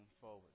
forward